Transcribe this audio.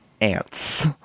ants